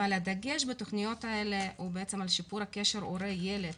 אבל הדגש בתכניות האלה הוא בעצם על שיפור הקשר הורה-ילד